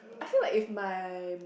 I feel like if my